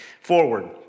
forward